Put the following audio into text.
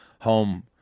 home